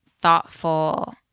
thoughtful